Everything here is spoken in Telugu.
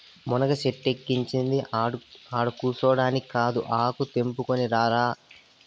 మునగ సెట్టిక్కించినది ఆడకూసోడానికా ఆకు తెంపుకుని రారా